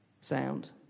Sound